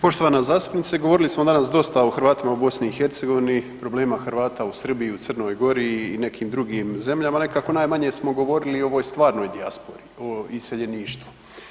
Poštovana zastupnice, govorili smo danas dosta o Hrvatima u BiH, problema Hrvata u Srbiji i u Crnoj Gori i u nekim drugim zemljama, nekako najmanje smo govorili o ovoj stvarnoj dijaspori, o iseljeništvu.